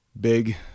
big